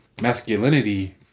masculinity